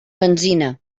benzina